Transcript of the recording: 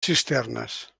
cisternes